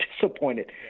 disappointed